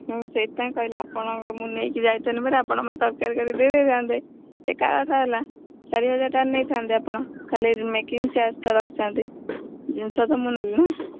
ହଁ ସେଇଥିପାଇଁ କହିଲି ଆପଣଙ୍କ ମୁଁ ନେଇକି ଯାଇଥାନ୍ତି ପରା ଆପଣ ମୋତେ ତରକାରୀ କରିକି ଦେଇ ଦେଇଥାନ୍ତେ ଏକା କଥା ହେଲା ଚାରି ହାଜର ଟଙ୍କା ନେଇଥାନ୍ତେ ଆପଣ ଖାଲି ମେକିଙ୍ଗ୍ ଚାର୍ଜ୍ଟା ରଖିଥାନ୍ତେ ଜିନିଷ ତ ମୁଁ ନେଲି ନା